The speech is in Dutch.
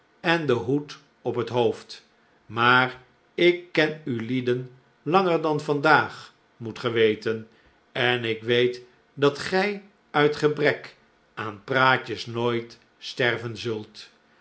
en den hoed op het hoofd maar ik ken ulieden langer dan vandaag moet ge weten en ik weet dat gij uit gebrek aan praatjes nooit sterven zult